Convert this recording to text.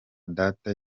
data